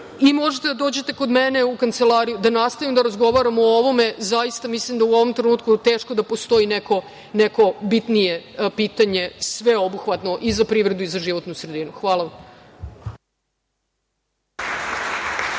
Možete da dođete kod mene u kancelariju da nastavimo da razgovaramo o ovome. Zaista mislim da u ovom trenutku teško da postoji neko bitnije pitanje, sveobuhvatno, i za privredu i za životnu sredinu. Hvala vam.